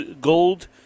gold